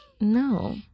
no